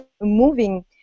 moving